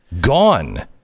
Gone